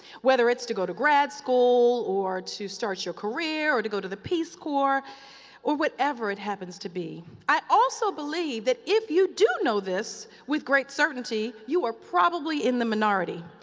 whether it's to go to grad school or to start your career or to go to the peace corps or whatever it happens to be. i also believe that if you do know this, with great certainty, you are probably in the minority.